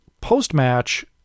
post-match